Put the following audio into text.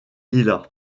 lila